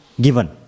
given